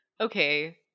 okay